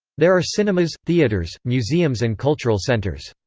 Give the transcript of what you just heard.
there are cinemas, theaters, museums and cultural centers.